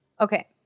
Okay